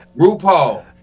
RuPaul